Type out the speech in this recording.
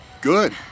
Good